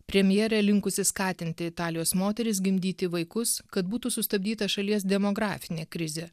premjerė linkusi skatinti italijos moteris gimdyti vaikus kad būtų sustabdyta šalies demografinė krizė